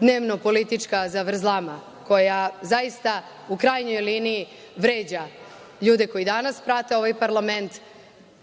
dnevno-politička zavrzlama koja zaista, u krajnjoj liniji, vređa ljude koji danas prate ovaj parlament